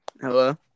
Hello